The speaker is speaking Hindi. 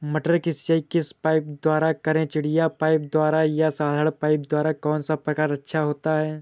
मटर की सिंचाई किस पाइप द्वारा करें चिड़िया पाइप द्वारा या साधारण पाइप द्वारा कौन सा प्रकार अच्छा होता है?